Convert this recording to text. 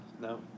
No